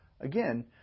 again